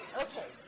Okay